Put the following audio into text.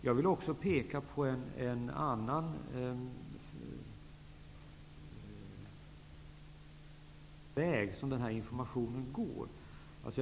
Jag vill också peka på vilken annan väg informationen kan gå.